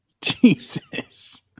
Jesus